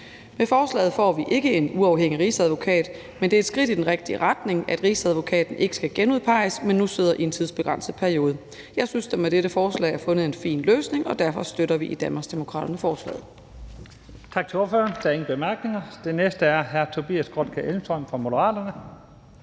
Med forslaget får vi ikke en uafhængig rigsadvokat, men det er et skridt i den rigtige retning, at rigsadvokaten ikke skal genudpeges, men nu sidder i en tidsbegrænset periode. Jeg synes, der med dette forslag er fundet en fin løsning, og derfor støtter vi i Danmarksdemokraterne forslaget. Kl. 14:51 Første næstformand (Leif Lahn Jensen): Tak til ordføreren. Der er ingen korte bemærkninger. Den næste er hr. Tobias Grotkjær Elmstrøm fra Moderaterne.